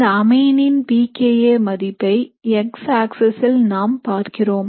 இந்த அமைனின் pKa மதிப்பை X axis ல் நாம் பார்க்கிறோம்